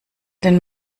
den